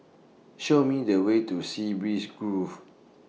Show Me The Way to Sea Breeze Grove